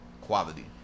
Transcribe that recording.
quality